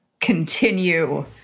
continue